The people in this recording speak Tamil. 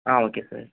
ah okay sir